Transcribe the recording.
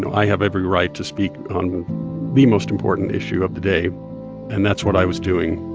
i have every right to speak on the most important issue of the day and that's what i was doing